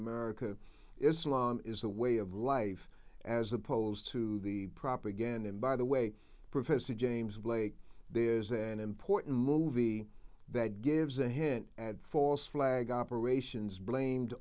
america islam is the way of life as opposed to the propaganda and by the way professor james blake there's an important movie that gives a hint at false flag operations blamed